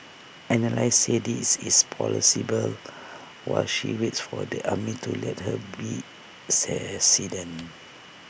analysts say this is plausible while she waits for the army to let her be